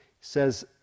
says